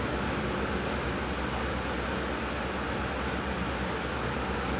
and I incorporated m~ my sister in the artwork